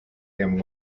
him